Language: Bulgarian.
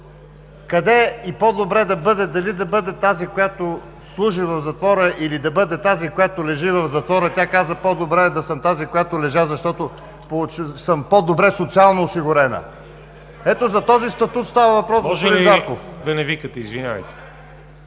къде и е по-добре да бъде – дали да бъде тази, която служи в затвора или да бъде тази, която лежи в затвора, тя каза: „По-добре да съм тази, която лежи, защото съм по-добре социално осигурена.“ Ето за този статут става въпрос, господин Зарков. (Реплики от „Обединени